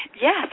Yes